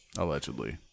Allegedly